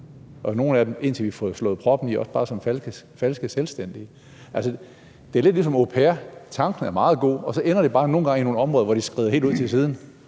og nogle af dem, indtil vi får sat proppen i, også bare som falske selvstændige. Altså, det er lidt ligesom med au pair: Tanken er meget god, men så ender det bare nogle gange i nogle områder, hvor det skrider helt ud til siden.